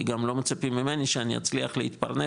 כי גם לא מצפים ממני שאני אצליח להתפרנס